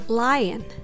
Lion